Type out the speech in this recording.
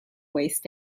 waist